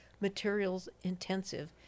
materials-intensive